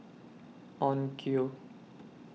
Onkyo